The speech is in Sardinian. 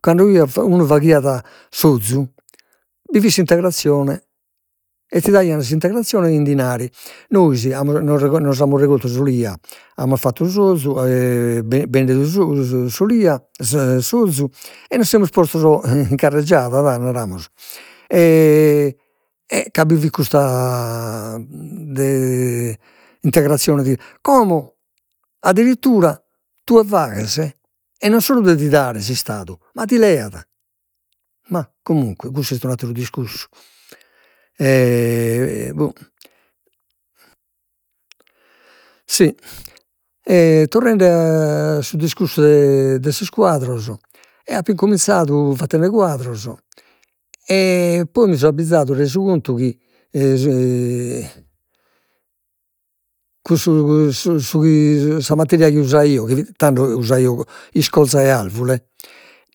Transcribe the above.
Cando unu faghiat s'ozu bi fit s'integrazione e ti daian s'integrazione in dinari, nois nos nos amus regortu s'olia, amus fattu s'ozu e ben- bendidu s'o- s'olia s'ozu e nos semus postos in carreggiada dà, namus, ca bi fit custa integrazione di, como addirittura tue faghes e non solu de ti dare s'istadu ma ti leat, ma comunque cussu est un'atteru discursu boh, si, e torrende a su discursu de de sos quadros eo apo incominzadu fatende quadros e poi mi so abbizadu, resu contu chi cussu su su chi sa materia chi usaio chi fit tando usaio iscorza 'e arvure